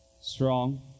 Strong